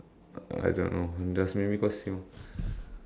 I don't know just maybe cause he